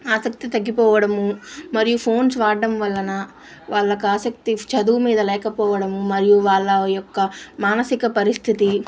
ఆసక్తి తగ్గిపోవడము మరియు ఫోన్స్ వాడ్డం వల్లన వాళ్ళకాసక్తి చదువు మీద లేకపోవడము మరియు వాళ్ళ యొక్క మానసిక పరిస్థితి